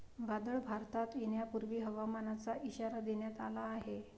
वादळ भारतात येण्यापूर्वी हवामानाचा इशारा देण्यात आला आहे